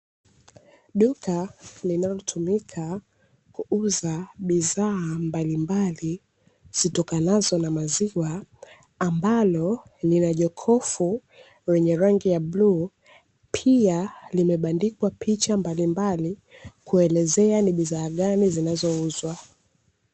Duka linalotumika kuuza bidhaa mbalimbali zitokanazo na maziwa, ambalo ni la jokofu lenye rangi ya bluu, pia limebandikwa picha mbalimbali kuelezea ni bidhaa gani zinazouzwa.